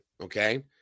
okay